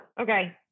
Okay